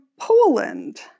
Poland